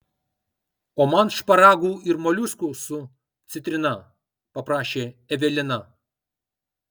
o man šparagų ir moliuskų su citrina paprašė evelina